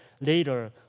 later